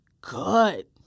good